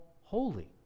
Holy